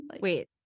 Wait